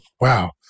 Wow